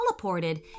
teleported